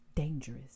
dangerous